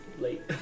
late